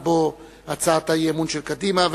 הראשונה כמובן היא הצעת אי-אמון של קדימה.